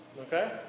Okay